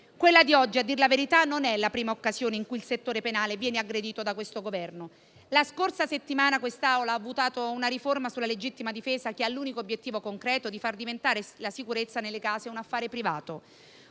Quella di oggi, a dir la verità, non è la prima occasione in cui il settore penale viene aggredito dall'attuale Governo. La scorsa settimana l'Assemblea ha votato una riforma della legittima difesa, che ha l'unico obiettivo concreto di far diventare la sicurezza nelle case un affare privato.